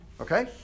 okay